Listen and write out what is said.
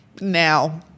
now